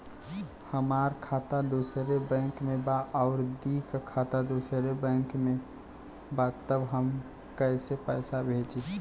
हमार खाता दूसरे बैंक में बा अउर दीदी का खाता दूसरे बैंक में बा तब हम कैसे पैसा भेजी?